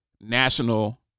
national